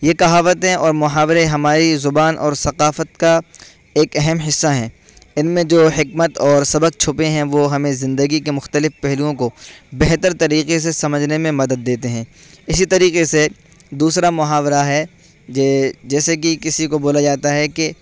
یہ کہاوتیں اور محاورے ہماری زبان اور ثقافت کا ایک اہم حصہ ہیں ان میں جو حکمت اور سبق چھپے ہیں وہ ہمیں زندگی کے مختلف پہلوؤں کو بہتر طریقے سے سمجھنے میں مدد دیتے ہیں اسی طریقے سے دوسرا محاورہ ہے جیسے کہ کسی کو بولا جاتا ہے کہ